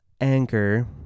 Anchor